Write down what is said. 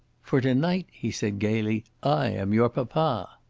for to-night, he said gaily, i am your papa!